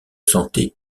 sentaient